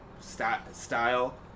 style